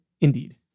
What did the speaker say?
indeed